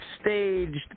staged